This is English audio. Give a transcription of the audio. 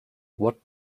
what